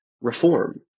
reform